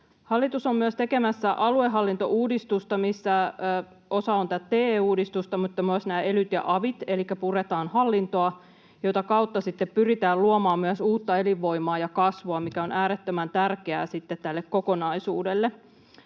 Hallitus on myös tekemässä aluehallintouudistusta, missä osa on tätä TE-uudistusta, mutta myös nämä elyt ja avit, elikkä puretaan hallintoa, jota kautta sitten pyritään luomaan myös uutta elinvoimaa ja kasvua, mikä on äärettömän tärkeää tälle kokonaisuudelle,